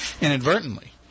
inadvertently